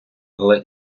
але